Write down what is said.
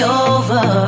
over